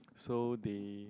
so they